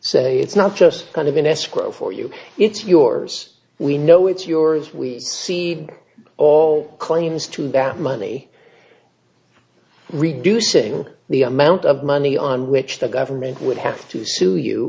so it's not just kind of in escrow for you it's yours we know it's yours we see all claims to that money reducing the amount of money on which the government would have to sue you